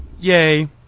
Yay